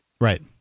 Right